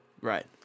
right